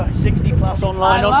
sixty plus online